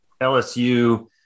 LSU